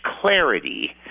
clarity